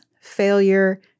failure